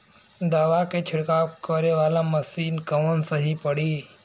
दवा के छिड़काव करे वाला मशीन कवन सही पड़ी?